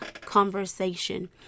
conversation